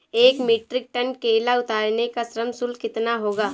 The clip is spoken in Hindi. एक मीट्रिक टन केला उतारने का श्रम शुल्क कितना होगा?